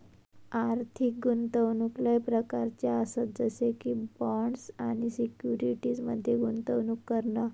आर्थिक गुंतवणूक लय प्रकारच्ये आसत जसे की बॉण्ड्स आणि सिक्युरिटीज मध्ये गुंतवणूक करणा